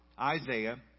Isaiah